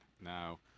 Now